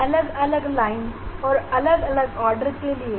यह डिफ़्रैक्शन का कोण हमें अलग अलग रंग और अलग अलग आर्डर के लिए मिलेगा